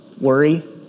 worry